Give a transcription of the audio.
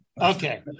Okay